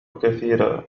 كثيرًا